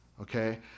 Okay